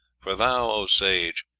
for thou, o sage,